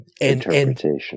interpretation